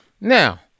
Now